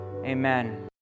Amen